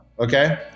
okay